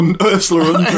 Ursula